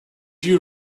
you